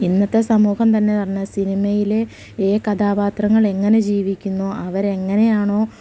ഇന്നത്തെ സമൂഹം തന്നെ പറഞ്ഞാല് സിനിമയിലെ ഏത് കഥാപാത്രങ്ങൾ എങ്ങനെ ജീവിക്കുന്നു അവരെങ്ങനെയാണോ